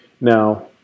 now